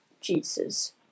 jesus